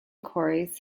quarries